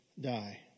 die